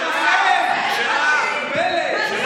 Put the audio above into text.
את מתבלבלת.